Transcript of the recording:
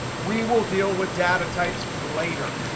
we will deal with data types later.